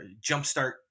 jumpstart